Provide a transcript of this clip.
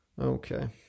Okay